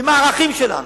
עם הערכים שלנו,